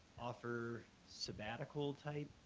offer sabbatical type